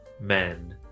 men